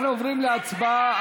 אנחנו עוברים להצבעה.